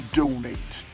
donate